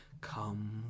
come